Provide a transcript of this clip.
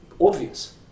obvious